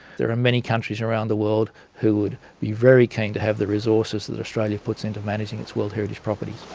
there are many countries around the world who would be very keen to have the resources that australia puts into managing its world heritage properties.